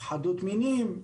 הכחדת מינים.